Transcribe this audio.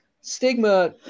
stigma